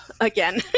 again